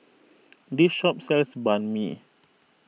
this shop sells Banh Mi